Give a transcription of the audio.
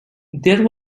there